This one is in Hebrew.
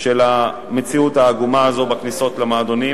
של המציאות העגומה הזאת בכניסות למועדונים.